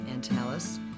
Antonellis